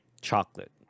chocolate